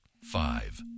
Five